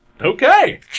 Okay